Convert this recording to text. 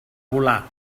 volar